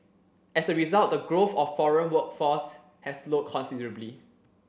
as a result the growth of foreign workforce has slowed considerably